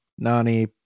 Nani